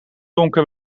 donker